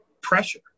pressure